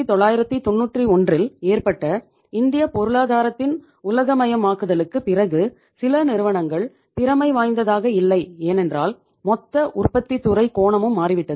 1991ன்றில் ஏற்பட்ட இந்திய பொருளாதாரத்தின் உலகமயமாக்கலுக்கு பிறகு சில நிறுவனங்கள் திறமை வாய்ந்ததாக இல்லை ஏனென்றால் மொத்த உற்பத்தித்துறை கோணமும் மாறிவிட்டது